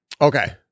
okay